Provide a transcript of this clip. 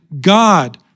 God